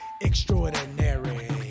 extraordinary